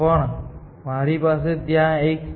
પણ મારી પાસે ત્યાં એક છે